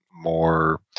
more